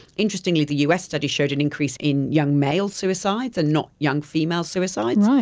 interestingly the us study showed an increase in young male suicides and not young female suicides.